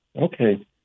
okay